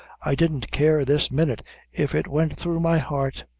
i didn't care this minute if it went through my heart.